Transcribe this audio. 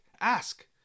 ask